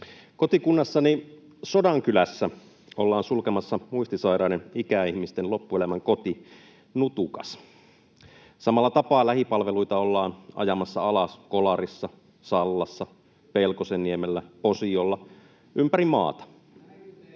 Kotikunnassani Sodankylässä ollaan sulkemassa muistisairaiden ikäihmisten loppuelämän koti Nutukas. Samalla tapaa lähipalveluita ollaan ajamassa alas Kolarissa, Sallassa, Pelkosenniemellä, Posiolla, ympäri maata.